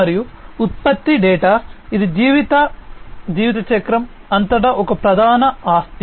మరియు ఉత్పత్తి డేటా ఇది జీవిత జీవితచక్రం అంతటా ఒక ప్రధాన ఆస్తి